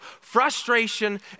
frustration